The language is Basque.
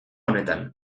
honetan